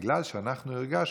בגלל שאנחנו הרגשנו,